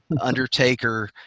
Undertaker